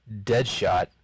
Deadshot